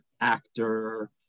actor